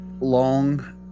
long